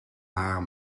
haar